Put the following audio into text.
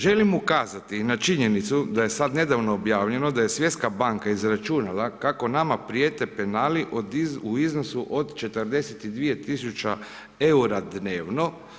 Želim ukazati na činjenicu da je sad nedavno objavljeno da je Svjetska banka izračunala kako nama prijete penali u iznosu od 42 000 eura dnevno.